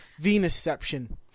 Venusception